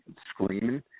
screaming